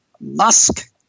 Musk